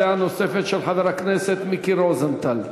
דעה נוספת של חבר הכנסת מיקי רוזנטל.